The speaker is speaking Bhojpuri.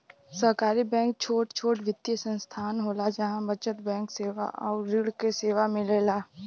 सहकारी बैंक छोट छोट वित्तीय संस्थान होला जहा बचत बैंक सेवा आउर ऋण क सेवा मिलेला